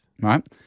Right